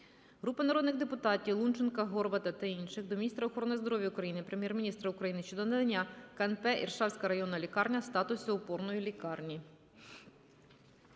Групи народних депутатів (Лунченка, Горвата та інших) до міністра охорони здоров'я України, Прем'єр-міністра України щодо надання КНП "Іршавська районна лікарня" статусу опорної лікарні.